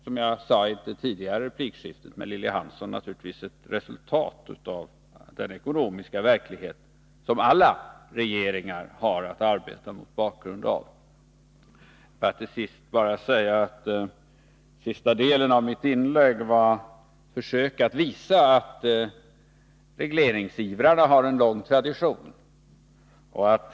Som jag sade i det tidigare replikskiftet med Lilly Hansson är det naturligtvis ett resultat av den ekonomiska verklighet som alla regeringar har att arbeta mot bakgrund av. Den sista delen av mitt inlägg var ett försök att visa att regleringsivrarna har en lång tradition.